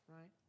right